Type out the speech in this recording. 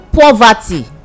poverty